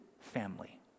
family